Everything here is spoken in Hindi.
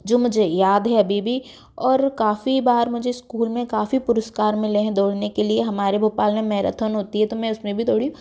जो मुझे याद है अभी भी और काफ़ी बार मुझे स्कूल में काफ़ी पुरस्कार मिले हैं दौड़ने के लिए हमारे भोपाल मे मैराथोन होती है तो मैं उसमें भी दौड़ी हूँ